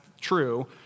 true